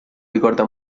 ricorda